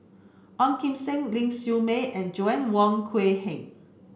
Ong Kim Seng Ling Siew May and Joanna Wong Quee Heng